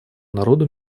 народу